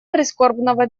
прискорбного